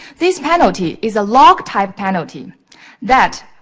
this penalty is a log-type penalty that,